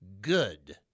good